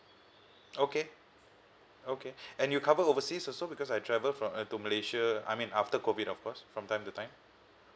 okay okay and you cover overseas also because I travel from uh to malaysia I mean after COVID of course from time to time